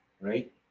Right